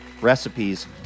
Recipes